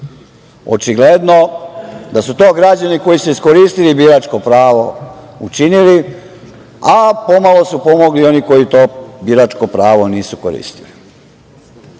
Očigledno da su to građani koji su iskoristili biračko pravo učinili, a pomalo su pomogli i oni koji to biračko pravo nisu koristili. Mi